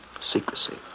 secrecy